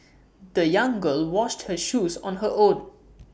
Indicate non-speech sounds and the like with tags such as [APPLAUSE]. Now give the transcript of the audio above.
[NOISE] the young girl washed her shoes on her own